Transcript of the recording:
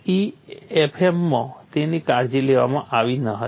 LEFM માં તેની કાળજી લેવામાં આવી ન હતી